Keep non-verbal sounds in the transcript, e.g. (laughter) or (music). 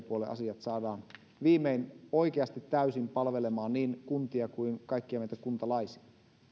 (unintelligible) puolen asiat saadaan viimein oikeasti täysin palvelemaan niin kuntia kuin kaikkia meitä kuntalaisia